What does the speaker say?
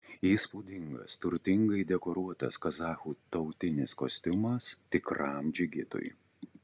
įspūdingas turtingai dekoruotas kazachų tautinis kostiumas tikram džigitui